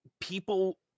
people